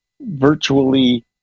Virtually